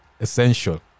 Essential